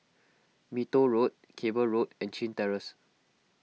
Mee Toh Road Cable Road and Chin Terrace